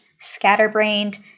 scatterbrained